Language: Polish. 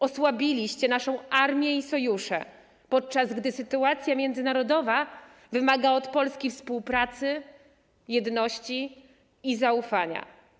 Osłabiliście naszą armię i sojusze, podczas gdy sytuacja międzynarodowa wymaga od Polski współpracy, jedności i zaufania.